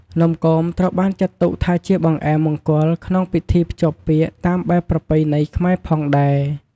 នំគមត្រូវបានចាត់ទុកថាជាបង្អែមមង្គលក្នុងពិធីភ្ជាប់ពាក្យតាមបែបប្រពៃណីខ្មែរផងដែរ។